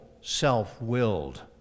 self-willed